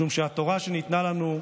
משום שבתורה שניתנה לנו,